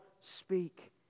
speak